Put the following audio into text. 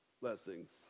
blessings